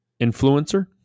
influencer